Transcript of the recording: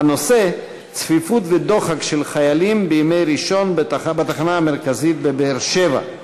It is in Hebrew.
והנושא: צפיפות ודוחק של חיילים בימי ראשון בתחנה המרכזית בבאר-שבע.